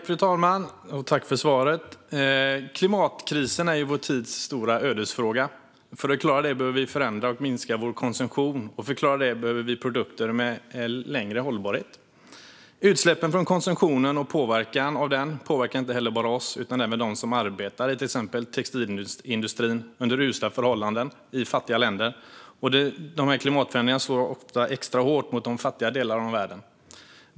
Fru talman! Tack för svaret, civilministern! Klimatkrisen är vår tids stora ödesfråga. För att klara den behöver vi förändra och minska vår konsumtion, och för att klara det behöver vi produkter med längre hållbarhet. Utsläppen och påverkan från konsumtionen gäller inte bara oss, utan det här påverkar också dem som under usla förhållanden arbetar inom till exempel textilindustrin i fattiga länder. Klimatförändringarna slår ofta extra hårt mot de fattiga delarna av världen.